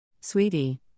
Sweetie